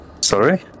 Sorry